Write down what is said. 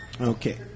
Okay